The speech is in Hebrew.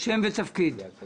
מה עמדתכם